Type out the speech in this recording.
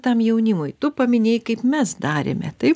tam jaunimui tu paminėjai kaip mes darėme taip